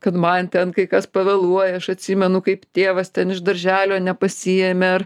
kad man ten kai kas pavėluoja aš atsimenu kaip tėvas ten iš darželio nepasiėmė ar